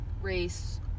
race